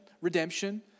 redemption